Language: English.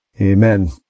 Amen